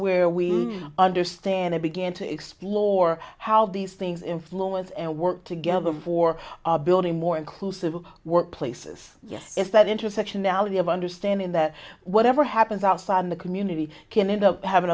where we understand i began to explore how these things influence and work together for our building more inclusive workplaces yes if that intersectionality of understanding that whatever happens outside the community can end up having